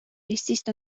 eestist